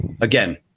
again